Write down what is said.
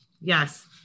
yes